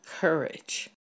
courage